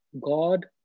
God